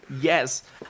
Yes